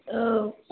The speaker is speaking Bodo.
औ